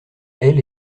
elle